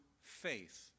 faith